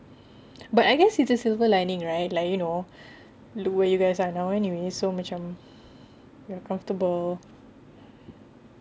but I guess it's a silver lining right like you know the way you guys are now anyway so macam more comfortable